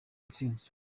intsinzi